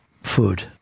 food